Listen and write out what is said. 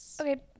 Okay